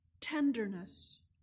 tenderness